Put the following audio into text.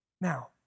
Now